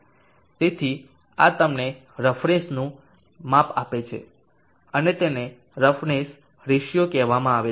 તેથી આ તમને રફનેસનું માપ આપે છે અને તેને રફનેસ રેશિયો કહેવામાં આવે છે